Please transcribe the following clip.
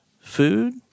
food